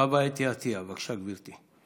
חוה אתי עטייה, בבקשה, גברתי.